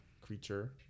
creature